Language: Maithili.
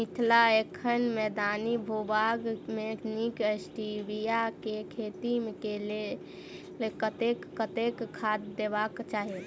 मिथिला एखन मैदानी भूभाग मे नीक स्टीबिया केँ खेती केँ लेल कतेक कतेक खाद देबाक चाहि?